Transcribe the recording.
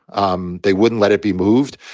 um they wouldn't let it be moved,